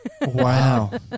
Wow